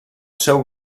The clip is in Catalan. seu